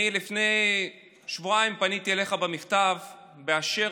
לפני שבועיים פניתי אליך במכתב באשר